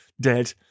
dead